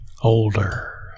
older